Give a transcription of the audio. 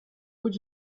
would